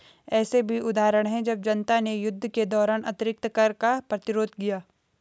ऐसे भी उदाहरण हैं जब जनता ने युद्ध के दौरान अतिरिक्त कर का प्रतिरोध किया